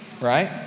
right